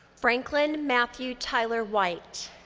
franklin matthew tyler white.